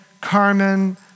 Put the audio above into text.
Carmen